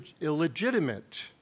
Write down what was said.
illegitimate